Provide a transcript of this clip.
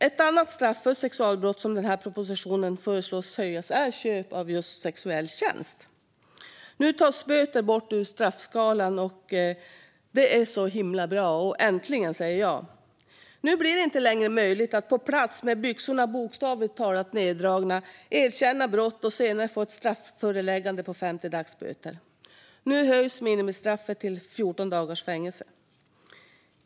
Ett annat straff för sexualbrott, som i denna proposition föreslås höjas, gäller köp av sexuell tjänst. Nu tas böter bort ur straffskalan. Det är himla bra. Äntligen, säger jag. Nu blir det inte längre möjligt att på plats, med byxorna bokstavligt talat neddragna, erkänna brott och senare få ett strafföreläggande på 50 dagsböter. Nu höjs minimistraffet till 14 dagars fängelse.